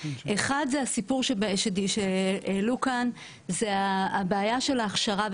האחד זה הסיפור שהעלו כאן, זה הבעיה של ההכשרה.